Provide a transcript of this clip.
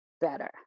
better